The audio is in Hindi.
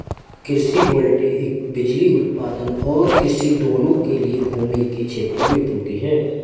कृषि वोल्टेइक बिजली उत्पादन और कृषि दोनों के लिए भूमि के क्षेत्रों में उपयोगी है